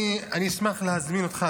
אני אשמח להזמין אותך,